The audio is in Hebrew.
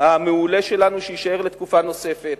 המעולה שלנו, שיישאר לתקופה נוספת.